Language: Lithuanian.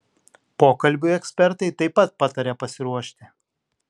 pokalbiui ekspertai taip pat pataria pasiruošti